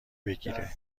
بگیره